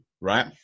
right